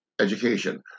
education